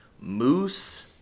Moose